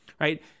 right